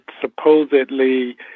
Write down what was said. supposedly